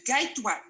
gateway